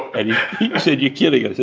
and yeah he said, you're kidding.